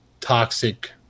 toxic